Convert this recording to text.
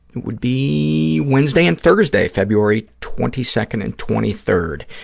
it would be wednesday and thursday, february twenty second and twenty third.